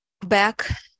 back